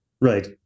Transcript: Right